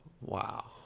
wow